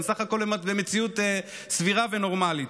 הן בסך הכול במציאות סבירה ונורמלית.